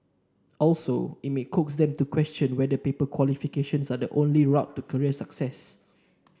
also it may coax them to question whether paper qualifications are the only route to career success